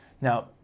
Now